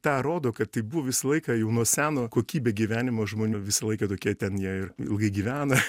tą rodo kad tai buvo visą laiką jau nuo seno kokybė gyvenimo žmonių visą laiką tokie ten jie ir ilgai gyvena